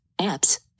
Apps